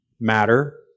matter